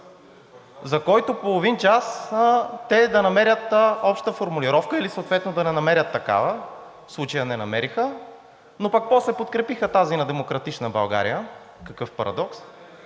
за който половин час те да намерят обща формулировка или съответно да не намерят такава, в случая не намериха, но пък после подкрепиха тази на „Демократична България“ – какъв парадокс,